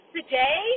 Today